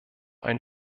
ein